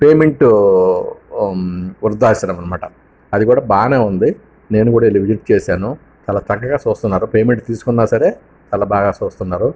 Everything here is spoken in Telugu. పేమెంట్ వృద్ధాశ్రమం అన్నమాట అది కూడా బాగానే ఉంది నేను కూడా విజిట్ చేసాను చాలా చక్కగా చూస్తున్నారు పేమెంట్ తీసుకున్నా సరే చాలా బాగా చూస్తున్నారు